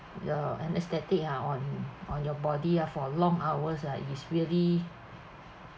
your anaesthetic ah on on your body ah for long hours ah is really